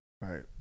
Right